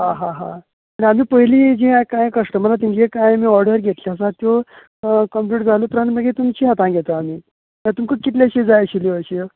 हां हां आनी आमी पयली जे काय कस्टमरा तेंची काय ऑर्डर घेतली आसात त्यो कंप्लीट जाल्या उपरांत मागीर तुमची हातान घेता आमी म्हळ्यार तुमका कितले अशे जाय आशिल्ल्यो अश्यो